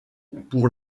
pour